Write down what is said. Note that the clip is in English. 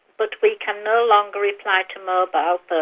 but we can no longer reply to mobile ah